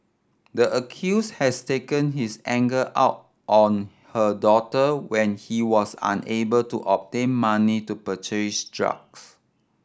the accused has taken his anger out on her daughter when he was unable to obtain money to purchase drugs